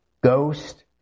ghost